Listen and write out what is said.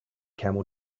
camel